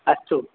अस्तु